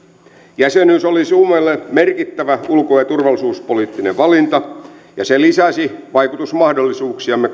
jäsenyys oli suomelle merkittävä ulko ja turvallisuuspoliittinen valinta ja se lisäsi vaikutusmahdollisuuksiamme